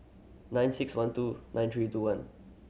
nine six one two nine three two one